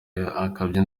akabya